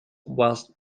whilst